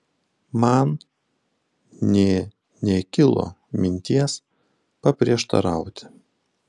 man nė nekilo minties paprieštarauti